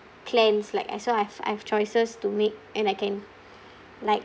plans like as well I've I've choices to make and I can like